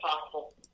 possible